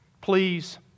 please